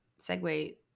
segue